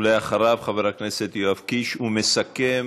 אחריו, חבר הכנסת יואב קיש, ומסכם,